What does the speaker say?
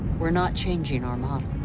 we're not changing our model.